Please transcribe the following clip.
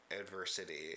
adversity